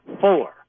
four